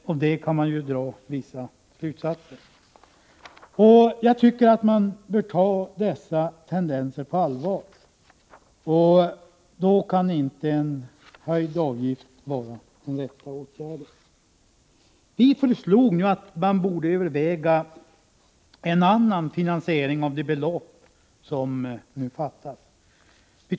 Av detta kan man dra vissa slutsatser. Jag tycker att man bör ta dessa tendenser på allvar, och då kan inte en höjd avgift vara den rätta åtgärden. Vi föreslog att man skulle överväga en annan finansiering av det belopp som fattas.